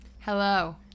hello